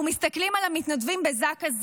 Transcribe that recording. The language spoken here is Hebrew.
אנחנו מסתכלים על המתנדבים בזק"א,